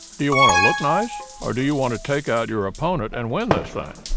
do you want to look nice? or do you want to take out your opponent and win this thing?